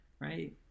right